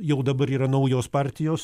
jau dabar yra naujos partijos